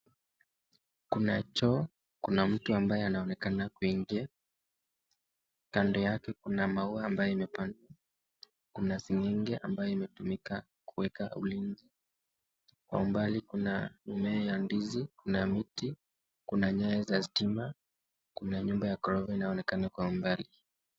Kuna choo, kuna mtu ambaye anaonekana kuingia. Kando yake kuna maua ambayo imepandwa. Kuna seng'enge ambayo imetumika kueka ulinzi. Kwa umbali kuna mimea ya ndizi, kuna miti, kuna nyaya za stima , kuna nyumba ya ghorofa inayoonekana kwa umbali.